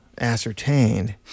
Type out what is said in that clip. ascertained